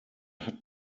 hat